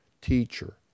teacher